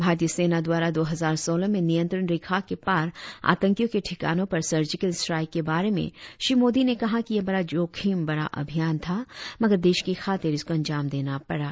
भारतीय सेना द्वारा दो हजार सोलह में नियंत्रण रेखा के पार आतंकियों के ठिकाने पर सर्जिकल स्ट्राइक के बारे में श्री मोदी ने कहा कि यह बड़ा जोखिम भरा अभियान था मगर देश की खातिर इसको अंजाम देना पड़ा